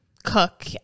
Cook